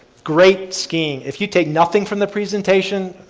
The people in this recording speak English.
great skiing. if you take nothing from the presentation,